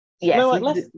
Yes